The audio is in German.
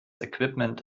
equipment